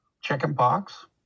Chickenpox